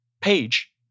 page